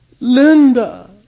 Linda